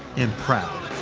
and proud.